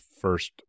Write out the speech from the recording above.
first